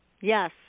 Yes